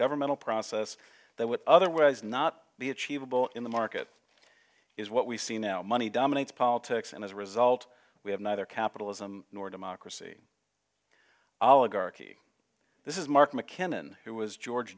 governmental process that would otherwise not be achievable in the market is what we see now money dominates politics and as a result we have neither capitalism nor democracy oligarchy this is mark mckinnon who was george